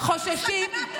סכנת נפשות.